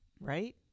right